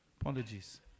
apologies